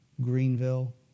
Greenville